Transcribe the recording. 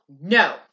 No